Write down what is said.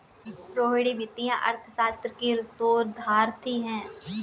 रोहिणी वित्तीय अर्थशास्त्र की शोधार्थी है